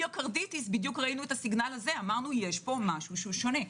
ובמיוקרדיטיס בדיוק ראינו את הסיגנל הזה אמרנו: יש פה משהו שונה.